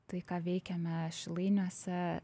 tai ką veikiame šilainiuose